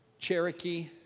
Cherokee